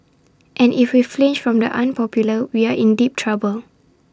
and if we flinch from the unpopular we are in deep trouble